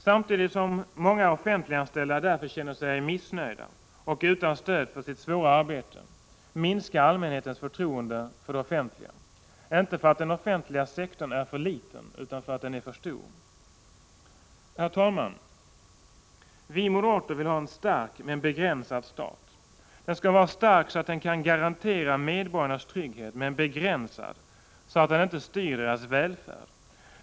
Samtidigt som många offentliganställda därför känner sig missnöjda och upplever att de inte har något stöd i sitt svåra arbete minskar allmänhetens förtroende för det offentliga, inte därför att den offentliga sektorn är för liten utan därför att den är för stor. Herr talman! Vi moderater vill ha en stark men begränsad stat. Den skall vara stark så att den kan garantera medborgarnas trygghet, men begränsad så att den inte styr deras välfärd.